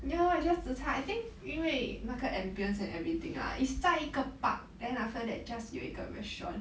ya it's just zi char I think 因为那个 ambiance and everything lah it's 在一个 park then after that just 有一个 restaurant